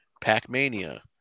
Pac-Mania